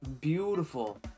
beautiful